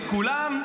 את כולם,